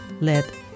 Let